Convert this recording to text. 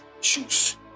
shoes